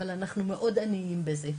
אבל אנחנו מאוד עניים בזה.